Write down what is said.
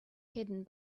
hidden